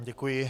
Děkuji.